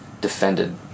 defended